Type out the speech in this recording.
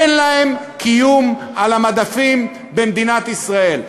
אין להם קיום על המדפים במדינת ישראל.